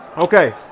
Okay